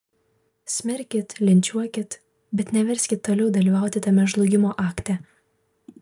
smerkit linčiuokit bet neverskit toliau dalyvauti tame žlugimo akte